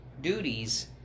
duties